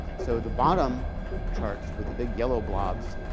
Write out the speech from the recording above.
so the bottom charts with the big yellow blobs,